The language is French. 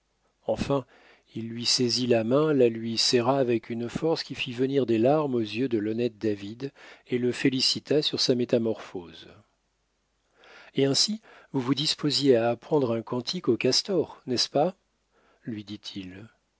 enfin il lui saisit la main la lui serra avec une force qui fit venir des larmes aux yeux de l'honnête david et le félicita sur sa métamorphose et ainsi vous vous disposiez à apprendre un cantique aux castors n'est-ce pas lui dit-il